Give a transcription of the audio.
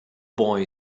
boy